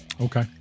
Okay